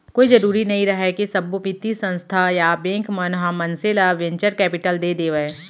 कोई जरुरी नइ रहय के सब्बो बित्तीय संस्था या बेंक मन ह मनसे ल वेंचर कैपिलट दे देवय